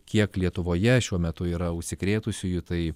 kiek lietuvoje šiuo metu yra užsikrėtusiųjų tai